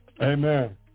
Amen